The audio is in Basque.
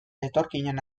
etorkinen